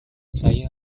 saya